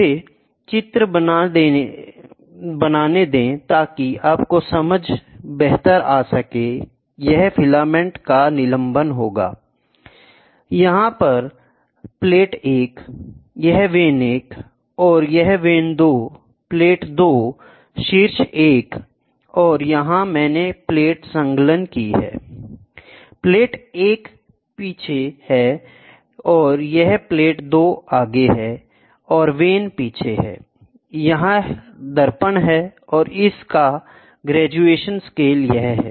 मुझे चित्र बनाने दें ताकि आपको बेहतर समझ हो यह फिलामेंट का निलंबन होगा I यहाँ यह प्लेट 1 है यह वेन 1 है और यह वेन 2 प्लेट 2 शीर्ष एक है और यहाँ मैंने प्लेट संलग्न की है I प्लेट 1 पीछे है और यहाँ प्लेट 2 आगे है और वेन पीछे है I यहाँ दर्पण है और यह इसका ग्रेजुएशन स्केल है